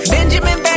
Benjamin